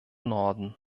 norden